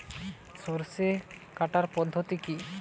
সরষে কাটার পদ্ধতি কি?